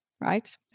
right